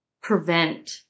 prevent